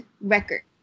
record